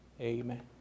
Amen